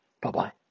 Bye-bye